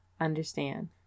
understand